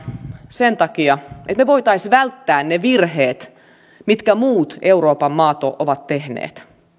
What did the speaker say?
sen takia että me voisimme välttää ne virheet mitä muut euroopan maat ovat tehneet